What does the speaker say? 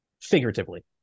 figuratively